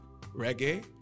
reggae